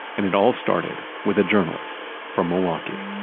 and it all started with a journalist from milwaukee